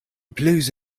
blues